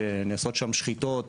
שנעשות שם שחיטות